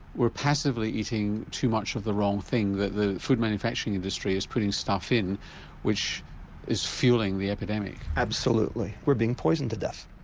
we're passively eating too much of the wrong thing, that the food manufacturing industry is putting stuff in which is fuelling the epidemic? absolutely, we're being poisoned to death,